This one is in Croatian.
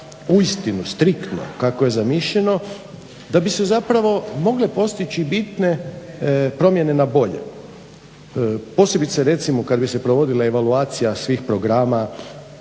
uistinu striktno kako je zamišljeno da bi se zapravo mogle postići bitne promjene na bolje posebice recimo kad bi se provodile evaluacija svih programa,